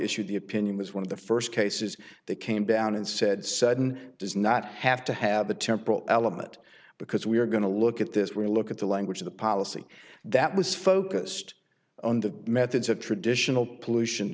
issued the opinion was one of the first cases they came down and said sudden does not have to have a temporal element because we are going to look at this relook at the language of the policy that was focused on the methods of traditional pollution